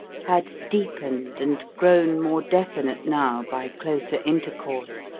had deepened and grown more definite now by closer intercourse